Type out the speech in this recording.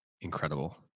incredible